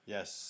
Yes